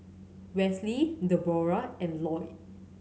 Wesley Deborah and Loyd